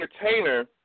entertainer